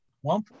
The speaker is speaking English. one